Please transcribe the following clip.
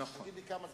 תגיד לי כמה זמן,